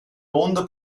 mondo